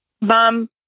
mom